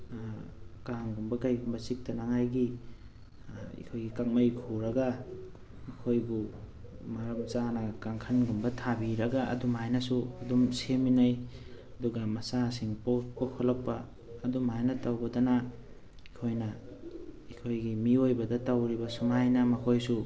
ꯀꯥꯡꯒꯨꯝꯕ ꯀꯔꯤꯒꯨꯝꯕ ꯆꯤꯛꯇꯅꯉꯥꯏꯒꯤ ꯑꯩꯈꯣꯏꯒꯤ ꯀꯥꯡꯃꯩ ꯈꯨꯔꯒ ꯃꯈꯣꯏꯕꯨ ꯃꯔꯝ ꯆꯥꯅ ꯀꯥꯡꯈꯟꯒꯨꯝꯕ ꯊꯥꯕꯤꯔꯒ ꯑꯗꯨꯝ ꯍꯥꯏꯅꯁꯨ ꯑꯗꯨꯝ ꯁꯦꯝꯃꯤꯟꯅꯩ ꯑꯗꯨꯒ ꯃꯆꯥꯁꯤꯡ ꯄꯣꯛꯂꯛꯄ ꯈꯣꯂꯛꯄ ꯑꯗꯨꯝ ꯍꯥꯏꯅ ꯇꯧꯕꯗꯅ ꯑꯩꯈꯣꯏꯅ ꯑꯩꯈꯣꯏꯒꯤ ꯃꯤꯑꯣꯏꯕꯗ ꯇꯧꯔꯤꯕ ꯁꯨꯝꯍꯥꯏꯅ ꯃꯈꯣꯏꯁꯨ